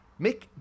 Mick